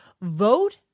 vote